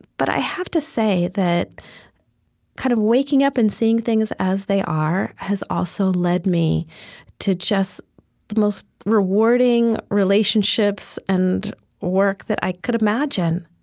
but i have to say that kind of waking up and seeing things as they are has also led me to just the most rewarding relationships and work that i could imagine.